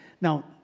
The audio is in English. Now